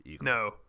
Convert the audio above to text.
No